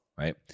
Right